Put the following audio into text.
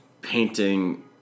painting